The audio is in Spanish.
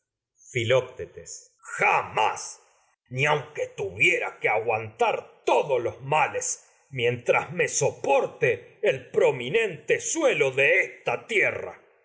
tar jamás ni aunque tuviera que aguan todos de los esta males tierra mientras me soporte el prominente suelo